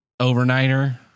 overnighter